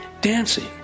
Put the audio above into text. dancing